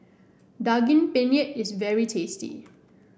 Daging Penyet is very tasty